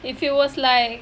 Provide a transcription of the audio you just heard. if it was like